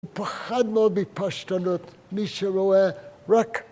הוא פחד מאוד בפשטנות, מי שרואה, רק...